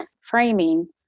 framing